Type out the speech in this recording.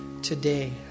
today